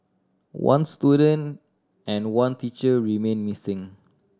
one student and one teacher remain missing